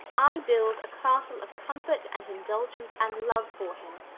i build a castle of comfort and indulgence and love for him,